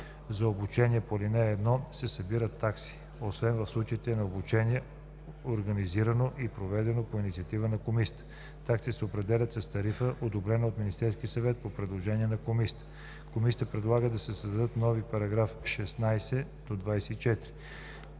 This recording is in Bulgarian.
За обучение по ал. 1 се събират такси, освен в случаите на обучение, организирано и проведено по инициатива на комисията. Таксите се определят с тарифа, одобрена от Министерския съвет, по предложение на комисията.“ Комисията предлага да се създадат нови § 16 – 24: